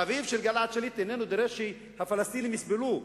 אביו של גלעד שליט איננו דורש שהפלסטינים יסבלו.